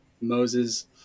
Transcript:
moses